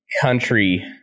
country